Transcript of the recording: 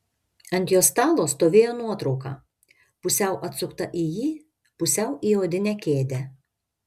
ant jo stalo stovėjo nuotrauka pusiau atsukta į jį pusiau į odinę kėdę